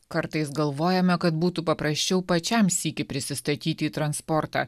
kartais galvojame kad būtų paprasčiau pačiam sykį prisistatyti į transportą